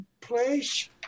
place